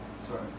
Sorry